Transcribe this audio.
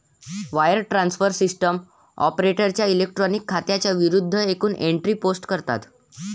wire transfer system ऑपरेटरच्या electronic खात्यांच्या विरूद्ध एकूण एंट्री पोस्ट करतात